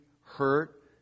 hurt